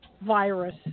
virus